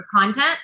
content